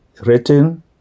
written